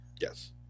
Yes